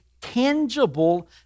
tangible